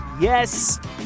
Yes